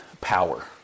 power